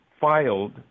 filed